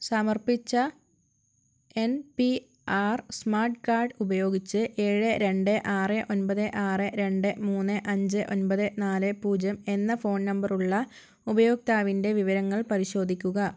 സമർപ്പിച്ച N P R smart card ഉപയോഗിച്ച് ഏഴ് രണ്ട് ആറ് ഒൻപത് ആറ് രണ്ട് മൂന്ന് അഞ്ച് ഒൻപത് നാലേ പൂജ്യം എന്ന ഫോൺ നമ്പർ ഉള്ള ഉപഭോക്താവിൻ്റെ വിവരങ്ങൾ പരിശോധിക്കുക